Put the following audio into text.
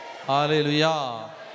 Hallelujah